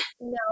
no